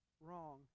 wrong